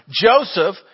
Joseph